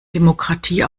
demokratie